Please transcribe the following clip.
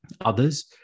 others